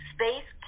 Space